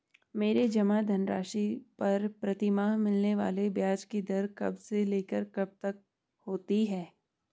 मेरे जमा धन राशि पर प्रतिमाह मिलने वाले ब्याज की दर कब से लेकर कब तक होती है?